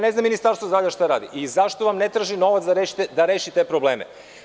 Ne znam šta Ministarstvo zdravlja radi, i zašto ne traži novac da rešite te probleme.